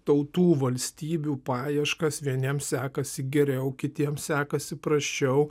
tautų valstybių paieškas vieniem sekasi geriau kitiem sekasi prasčiau